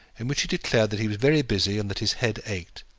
in which he declared that he was very busy, and that his head ached.